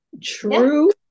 true